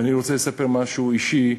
ואני רוצה לספר משהו אישי.